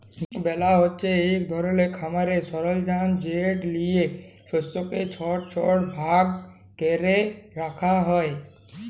বেলার হছে ইক ধরলের খামারের সরলজাম যেট লিঁয়ে শস্যকে ছট ছট ভাগ ক্যরে রাখা হ্যয়